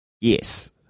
Yes